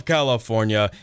California